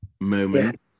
moment